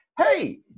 hey